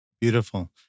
Beautiful